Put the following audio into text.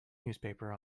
newspaper